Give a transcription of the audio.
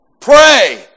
Pray